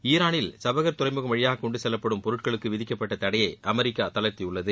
ஈரானில் சுபஹார் துறைமுகம் வழியாக கொண்டு செல்லப்படும் பொருட்களுக்கு விதிக்கப்பட்ட தடையை அமெரிக்கா தளர்த்தியுள்ளது